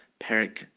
Perik